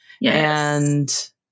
Yes